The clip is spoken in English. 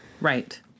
Right